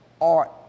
art